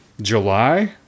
July